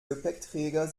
gepäckträger